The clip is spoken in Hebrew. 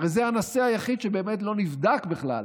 הרי זה הנושא היחיד שבאמת לא נבדק בכלל,